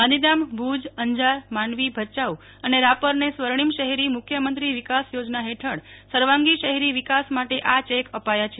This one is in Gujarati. ગાંધીધામ ભુજ અંજાર માંડવી ભચાઉ અને રાપર સ્વર્ણિમ શહેરી મુખ્યમંત્રી વિકાસ યોજના હેઠળ સર્વાંગી શહેરી વિકાસ માટે આ ચેક અપાયા છે